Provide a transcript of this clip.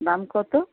দাম কতো